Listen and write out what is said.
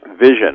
vision